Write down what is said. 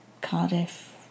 Cardiff